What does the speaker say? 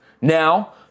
Now